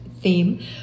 Theme